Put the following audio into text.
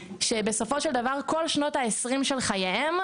שבסופו של דבר כל שנות העשרים של חייהם,